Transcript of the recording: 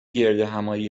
گردهمآیی